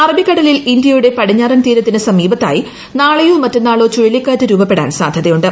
അറബിക്കടലിൽ ഇന്ത്യയുടെ പടിഞ്ഞാറൻ തീരത്തിന് സമീപത്തായി നാളെയോ മറ്റ്ന്നാളോ ചുഴലിക്കാറ്റ് രൂപപ്പെടാൻ സാധ്യതയുണ്ട്